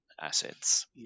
assets